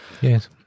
Yes